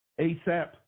ASAP